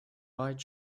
white